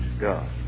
God